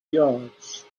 yards